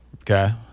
Okay